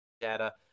data